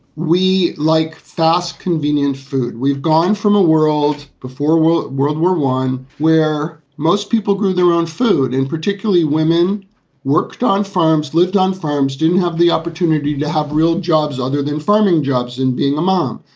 we like fast, convenient food. we've gone from a world before world world war one, where most people grew their own food and particularly women worked on farms, lived on farms, didn't have the opportunity to have real jobs other than farming jobs and being a mom,